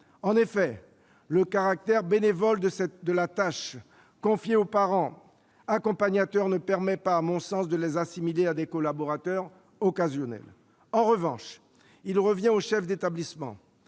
En effet, le caractère bénévole de la tâche confiée aux parents accompagnateurs ne permet pas, à mon sens, de les assimiler à des collaborateurs occasionnels. En revanche, il revient aux chefs d'établissement